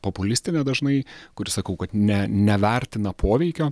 populistinė dažnai kuri sakau kad ne nevertina poveikio